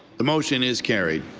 the motion is carried.